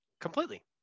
completely